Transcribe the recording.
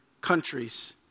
countries